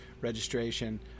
registration